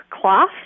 cloth